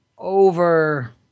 Over